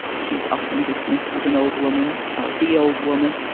she's often dismissed as an old woman. ah the old woman.